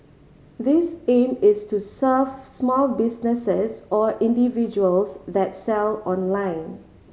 this aim is to serve small businesses or individuals that sell online